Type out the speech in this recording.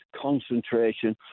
concentration